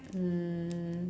um